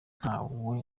ntawe